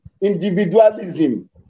individualism